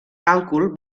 càlcul